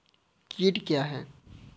कीट क्या है?